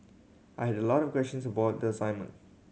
I had a lot of questions about the assignment